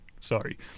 Sorry